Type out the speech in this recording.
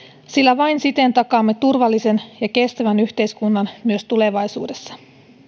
sillä vain siten takaamme turvallisen ja kestävän yhteiskunnan myös tulevaisuudessa